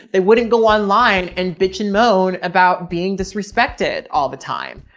they wouldn't go online and bitch and moan about being disrespected all the time.